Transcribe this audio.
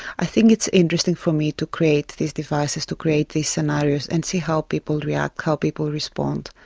i think it's interesting for me to create these devices, to create these scenarios, and see how people react, how people respond.